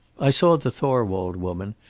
i saw the thorwald woman,